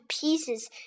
pieces